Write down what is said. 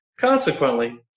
Consequently